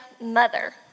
mother